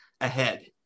ahead